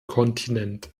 kontinent